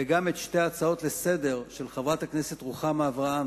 וגם את שתי ההצעות לסדר-היום של חברת הכנסת רוחמה אברהם